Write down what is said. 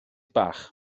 bach